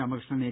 Ramakrishnan A